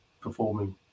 performing